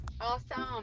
awesome